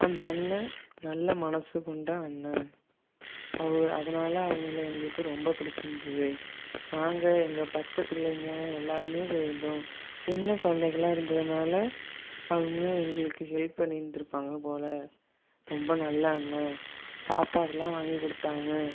அந்த அண்ணன் நல்ல மனது கொண்ட அண்ணன் அவர் அதனால் அவங்களை எங்களுக்கு ரொம்ப பிடித்திருந்துது நாங்கள் எங்கள் பச்சபிள்ளைங்க எல்லோருமே போய்ருந்தோம் சின்ன குழந்தைகள்லாம் இருந்ததினால அவங்க எங்களுக்கு ஹெல்ப் பண்ணிருந்திருப்பாங்க போல் ரொம்ப நல்ல அண்ணன் சாப்பாடுலாம் வாங்கி கொடுத்தாங்க